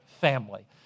family